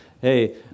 hey